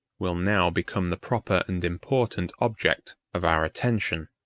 will now become the proper and important object of our attention.